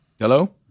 Hello